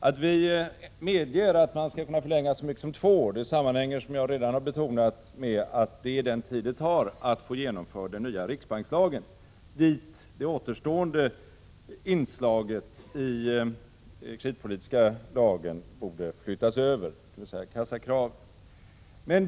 Att vi medger en förlängning med så mycket som två år sammanhänger, som jag redan har framhållit, med att det är den tid det tar att få den nya riksbankslagen genomförd, dit det återstående inslaget i den kreditpolitiska lagen, dvs. kassakravet, borde flyttas över.